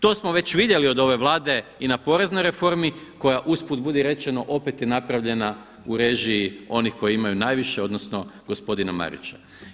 To smo već vidjeli od ove Vlade i na poreznoj reformi koja uz put budi rečeno opet je napravljena u režiji onih koji imaju najviše odnosno gospodina Marića.